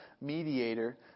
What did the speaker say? mediator